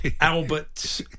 Albert